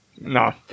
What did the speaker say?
No